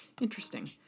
Interesting